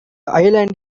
island